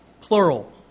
plural